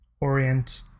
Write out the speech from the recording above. Orient